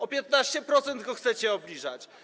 O 15% go chcecie obniżać?